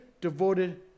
devoted